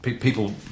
people